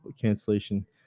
cancellation